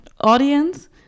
audience